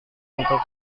untuk